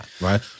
right